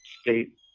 state